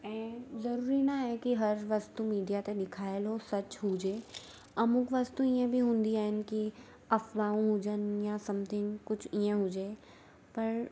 ऐं ज़रूरी नाहे की मीडिआ ते ॾेखायल सच हुजे अमुक वस्तू ईअं बि हूंदियूं आहिनि की अफ़वाऊं हुजनि या समथिंग ईअं हुजे पर